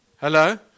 Hello